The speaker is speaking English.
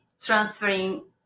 transferring